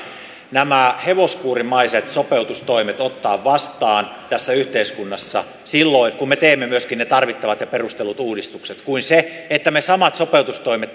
nämä hevoskuurimaiset sopeutustoimet ottaa vastaan tässä yhteiskunnassa silloin kun me teemme myöskin ne tarvittavat ja perustellut uudistukset kuin se että me samat sopeutustoimet